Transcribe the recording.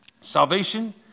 Salvation